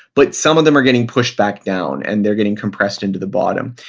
but some of them are getting pushed back down and they're getting compressed into the bottom.